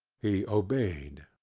he obeyed.